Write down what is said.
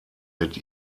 mit